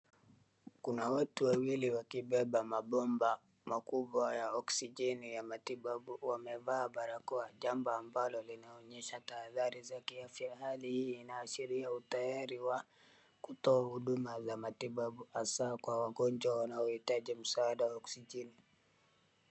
Kuna watu wawili wakibeba mabomba makubwa ya oksijeni ya matibabu. Wamevaa barakoa jambo ambalo linaonyesha tahadhari za kiafya. Hali hii inaaashiria utayari wa kutoa huduma za matibabu hasa kwa wagonjwa wanaohitaji msaada wa oksijeni.